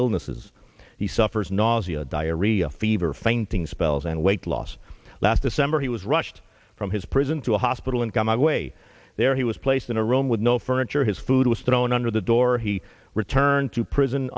illnesses he suffers nausea diarrhea fever fainting spells and weight loss last december he was rushed from his prison to a hospital and got my way there he was placed in a room with no furniture his food was thrown under the door he returned to prison